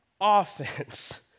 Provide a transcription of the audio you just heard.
offense